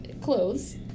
clothes